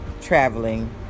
traveling